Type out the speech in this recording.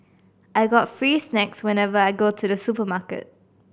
I got free snacks whenever I go to the supermarket